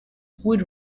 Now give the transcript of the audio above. would